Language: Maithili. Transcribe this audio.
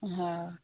हॅं